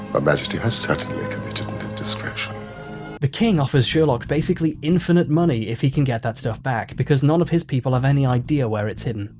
but majesty has certainly committed an indiscretion the king offers sherlock basically infinite money if he can get that stuff back because none of his people have any idea where it's hidden.